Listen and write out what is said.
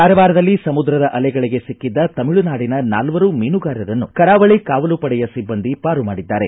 ಕಾರವಾರದಲ್ಲಿ ಸಮುದ್ರದ ಅಲೆಗಳಿಗೆ ಸಿಕ್ಕಿದ್ದ ತಮಿಳುನಾಡಿನ ನಾಲ್ವರು ಮೀನುಗಾರರನ್ನು ಕರಾವಳಿ ಕಾವಲುಪಡೆಯ ಸಿಭ್ಗಂದಿ ಪಾರು ಮಾಡಿದ್ದಾರೆ